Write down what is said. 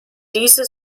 diese